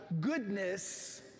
goodness